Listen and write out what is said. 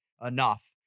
enough